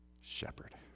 shepherd